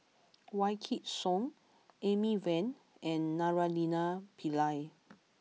Wykidd Song Amy Van and Naraina Pillai